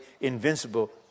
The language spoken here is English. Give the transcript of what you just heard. invincible